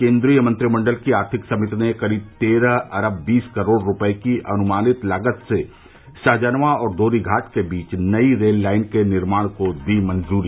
केन्द्रीय मंत्रिमण्डल की आर्थिक समिति ने करीब तेरह अरब बीस करोड़ रुपये की अनुमानित लागत से सहजनवां और दोहरी घाट के बीच नई रेल लाइन के निर्माण को दी मंजूरी